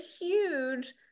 huge